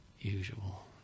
usual